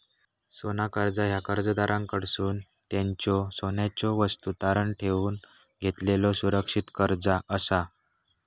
सोना कर्जा ह्या कर्जदाराकडसून त्यांच्यो सोन्याच्यो वस्तू तारण ठेवून घेतलेलो सुरक्षित कर्जा असा